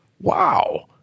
wow